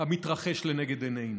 המתרחש לנגד עינינו,